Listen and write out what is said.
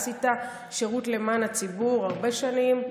עשית שירות למען הציבור הרבה שנים,